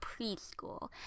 preschool